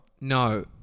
No